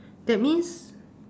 that means